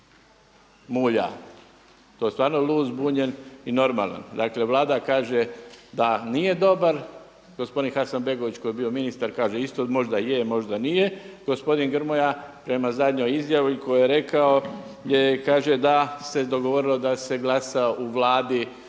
To je stvarno lud, zbunjen i normalan. Dakle Vlada kaže da nije dobar, gospodin Hasanbegović koji je bio ministar kaže isto možda je, možda nije, gospodin Grmoja prema zadnjoj izjavi koju je rekao kaže da se dogovorilo da se glasa, da